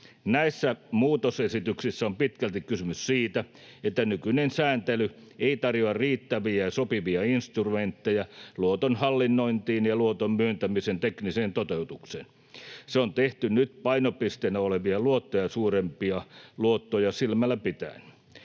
Näissä muutosesityksissä on pitkälti kysymys siitä, että nykyinen sääntely ei tarjoa riittäviä ja sopivia instrumentteja luoton hallinnointiin ja luoton myöntämisen tekniseen toteutukseen. Se on tehty nyt painopisteenä olevia luottoja suurempia luottoja silmällä pitäen.